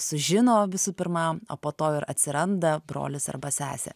sužino visų pirma o po to ir atsiranda brolis arba sesė